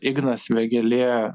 ignas vėgėlė